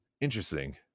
interesting